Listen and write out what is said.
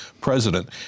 president